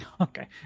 Okay